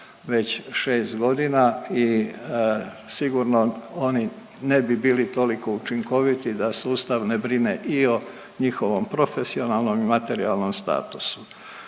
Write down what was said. već šest godina. I sigurno oni ne bi bili toliko učinkoviti da sustav ne brine i o njihovom profesionalnom i materijalnom statusu.